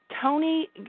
Tony